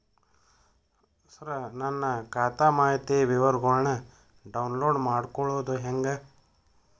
ಸರ ನನ್ನ ಖಾತಾ ಮಾಹಿತಿ ವಿವರಗೊಳ್ನ, ಡೌನ್ಲೋಡ್ ಮಾಡ್ಕೊಳೋದು ಹೆಂಗ?